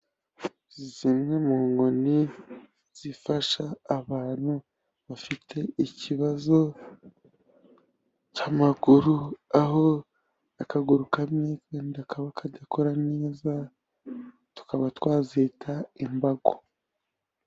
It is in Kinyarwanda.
Zimwe mu nkoni zifasha abantu bafite ikibazo cy'amaguru, aho akaguru kamwe yenda kaba kadakora neza tukaba twazita imbago.